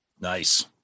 Nice